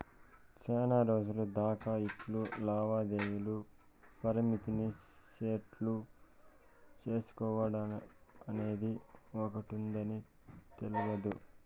సేనారోజులు దాకా ఇట్లా లావాదేవీల పరిమితిని సెట్టు సేసుకోడమనేది ఒకటుందని తెల్వదు